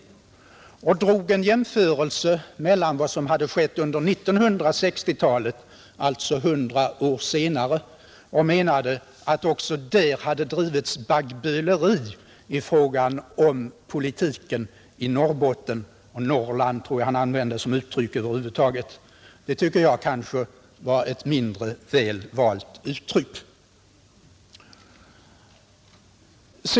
I artikeln gjordes en jämförelse med vad som hänt under 1960-talet, alltså 100 år senare, och enligt författarens mening hade också då bedrivits baggböleri i fråga om politiken i Norrbotten — eller i Norrland över huvud taget tror jag att det stod. Det tycker jag nog var ett mindre väl valt uttryck.